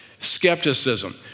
Skepticism